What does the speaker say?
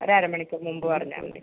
ഒര് അര മണിക്കൂറ് മുമ്പ് പറഞ്ഞാൽ മതി